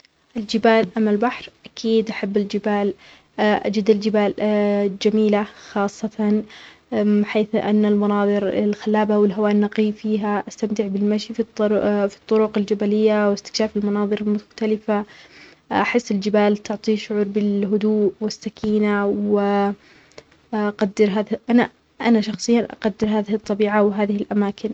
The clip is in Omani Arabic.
الجبال ام البحر. أكيد أحب الجبال. أجد الجبال جميلة خاصة حيث أن المناظر الخلابة والهوا النقي فيها. استمتع بالمشي في الطر-في الطرق الجبلية واستكشاف المناظر المختلفة. أحس الجبال تعطي شعور بالهدوء والسكينة. و أقدر هذا أنا- أنا شخصياً أقدر هذه الطبيعة وهذه الأماكن.